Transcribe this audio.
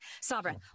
sovereign